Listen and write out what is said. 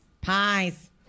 pies